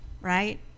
Right